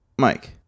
Mike